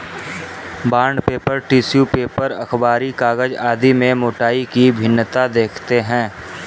bond paper, tissue paper, अखबारी कागज आदि में मोटाई की भिन्नता देखते हैं